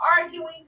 arguing